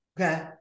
Okay